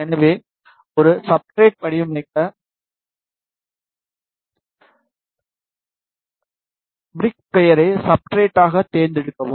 எனவே ஒரு சப்ஸ்ட்ரட் வடிவமைக்க பிரிக் பெயரை சப்ஸ்ட்ரட்டாக தேர்ந்தெடுக்கவும்